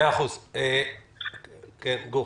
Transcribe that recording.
יש